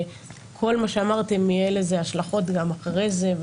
לכל מה שאמרתם יהיו השלכות גם אחרי זה,